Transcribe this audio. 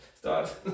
Start